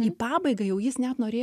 į pabaigą jau jis net norėjo